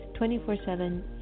24-7